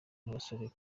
nabasore